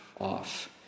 off